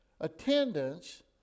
attendance